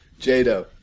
Jado